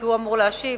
כי הוא אמור להשיב.